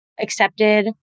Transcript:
accepted